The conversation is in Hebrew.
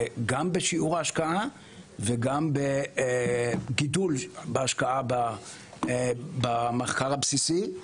בשיעור ההשקעה וגם בגידול בהשקעה במחקר הבסיסי,